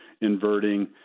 inverting